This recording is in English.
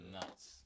Nuts